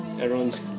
Everyone's